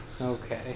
Okay